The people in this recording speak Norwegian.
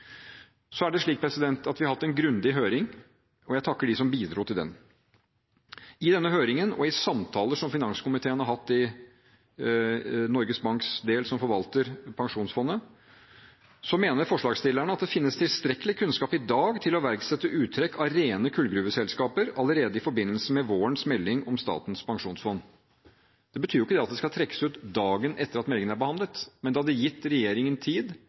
Vi har hatt en grundig høring, og jeg takker dem som bidro til den. Ut fra denne høringen, og ut fra samtaler som finanskomiteen har hatt med Norges Bank, som forvalter pensjonsfondet, mener forslagsstillerne at det finnes tilstrekkelig kunnskap i dag til å iverksette uttrekk av rene kullgruveselskaper allerede i forbindelse med vårens melding om Statens pensjonsfond utland. Det betyr ikke at de skal trekkes ut dagen etter at meldingen er behandlet, men det hadde gitt regjeringen tid